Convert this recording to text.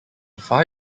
far